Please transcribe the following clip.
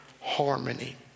harmony